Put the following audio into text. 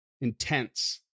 intense